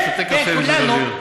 אתה שותה קפה במיזוג אוויר.